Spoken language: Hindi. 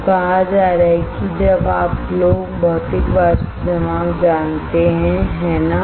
तो कहा जा रहा है कि अब आप लोग भौतिक वाष्प जमाव जानते हैं है ना